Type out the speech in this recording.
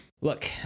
look